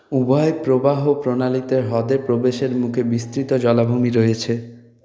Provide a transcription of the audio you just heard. উভয় প্রবাহ প্রণালীতে হ্রদে প্রবেশের মুখে বিস্তৃত জলাভূমি রয়েছে